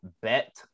bet